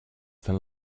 than